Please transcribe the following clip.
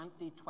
2020